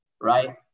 right